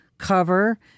cover